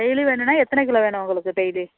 daily வேணும்ன்னா எத்தனை kilo வேணும் உங்களுக்கு டெய்லி